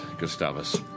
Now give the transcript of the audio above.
Gustavus